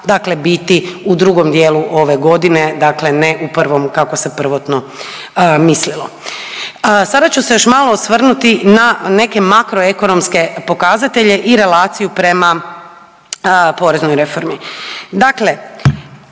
dakle biti u drugom dijelu ove godine, dakle ne u prvom kako se prvotno mislilo. Sada ću se još malo osvrnuti na neke makroekonomske pokazatelje i relaciju prema poreznoj reformi. Dakle,